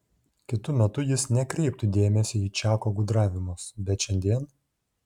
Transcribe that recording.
kitu metu jis nekreiptų dėmesio į čako gudravimus bet šiandien